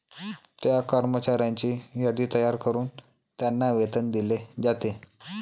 त्या कर्मचाऱ्यांची यादी तयार करून त्यांना वेतन दिले जाते